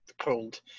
cold